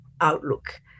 outlook